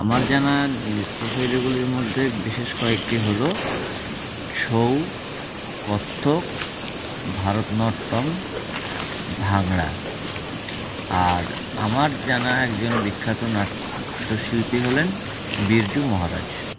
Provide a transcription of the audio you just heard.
আমার জানা নৃত্যশৈলীগুলির মধ্যে বিশেষ কয়েকটি হল ছৌ কত্থক ভারতনাট্যম ভাঙড়া আর আমার জানা একজন বিখ্যাত নাট্যশিল্পী হলেন বিরজু মহারাজ